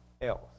else